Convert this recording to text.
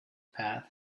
path